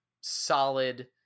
solid